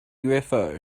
ufo